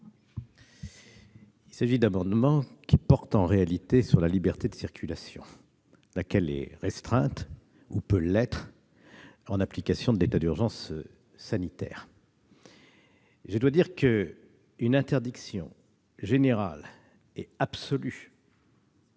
Il s'agit d'amendements qui visent en réalité la liberté de circulation, laquelle est restreinte, ou peut l'être, en application de l'état d'urgence sanitaire. À mon sens, si une interdiction générale et absolue